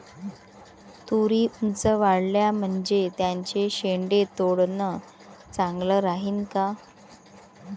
तुरी ऊंच वाढल्या म्हनजे त्याचे शेंडे तोडनं चांगलं राहीन का?